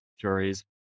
juries